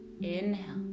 Inhale